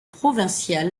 provincial